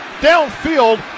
downfield